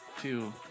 two